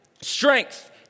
strength